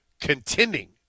contending